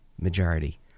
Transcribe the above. majority